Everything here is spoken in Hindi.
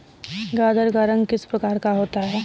गाजर का रंग किस प्रकार का होता है?